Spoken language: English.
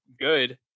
good